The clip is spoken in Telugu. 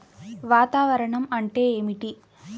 వాతావరణం అంటే ఏమిటి?